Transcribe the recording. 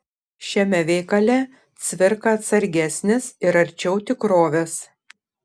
šiame veikale cvirka atsargesnis ir arčiau tikrovės